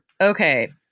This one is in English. Okay